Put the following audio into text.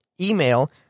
Email